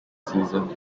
season